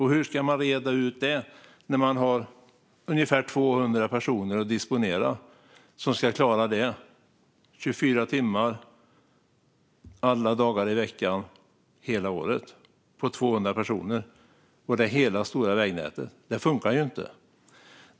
Hur ska man reda ut detta när det finns ungefär 200 personer att disponera? Hur ska de klara detta 24 timmar om dygnet, alla dagar i veckan, hela året? Det handlar om hela det stora vägnätet. Det funkar inte.